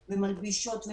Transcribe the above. מלבישות,